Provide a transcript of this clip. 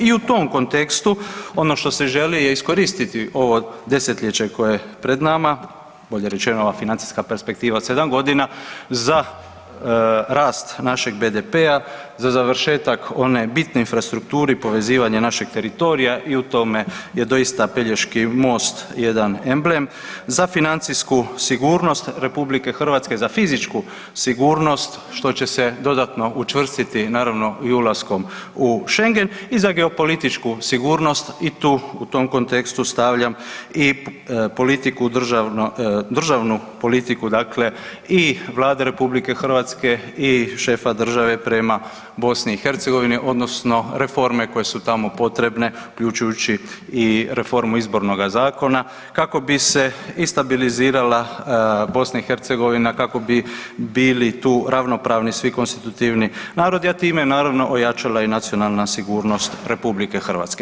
I u tom kontekstu ono što se želi je iskoristiti ovo desetljeće koje je pred nama, bolje rečeno ova financijska perspektiva od 7 godina za rast našeg BDP-a, za završetak one bitne infrastrukturi povezivanje našeg teritorija i u tome je doista Pelješki most jedan amblem za financijsku sigurnost RH, za fizičku sigurnost što će se dodatno učvrstiti naravno i ulaskom u Schengen i za geopolitičku sigurnost i tu u tom kontekstu stavljam i politiku, državnu politiku dakle i Vlade RH i šefa države prema BiH odnosno reforme koje su tamo potrebne uključujući reformu izbornoga zakona kako bi se i stabilizirala BiH, kako bi bili tu ravnopravni svi konstitutivni narodi, a time naravno ojačala i nacionalna sigurnost RH.